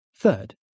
Third